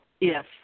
Yes